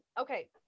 okay